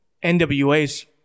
NWA's